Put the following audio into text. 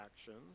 actions